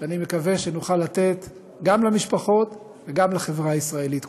שאני מקווה שנוכל לתת גם למשפחות וגם לחברה הישראלית כולה.